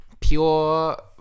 pure